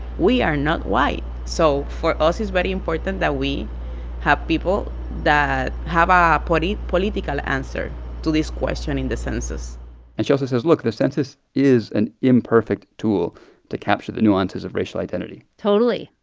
we are not white. so for us, it's very important that we have people that have um a political answer to this question in the census and she also says, look the census is an imperfect tool to capture the nuances of racial identity totally.